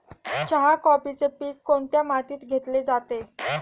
चहा, कॉफीचे पीक कोणत्या मातीत घेतले जाते?